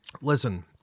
listen